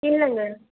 இல்லைங்க